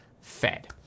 Fed